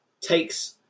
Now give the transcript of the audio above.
takes